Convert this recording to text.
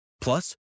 Plus